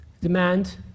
demand